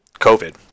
COVID